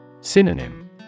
Synonym